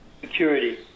security